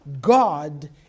God